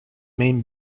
main